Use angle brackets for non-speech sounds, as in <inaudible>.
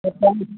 <unintelligible>